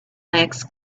legs